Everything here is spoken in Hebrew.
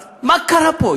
מה קרה פה?